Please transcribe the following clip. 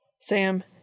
Sam